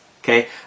Okay